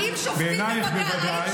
בוודאי.